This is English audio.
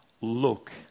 Look